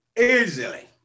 easily